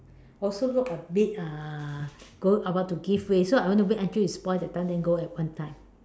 also look a bit uh go about to give way so I want to wait till it's spoiled that time then go at one time